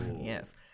Yes